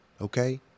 Okay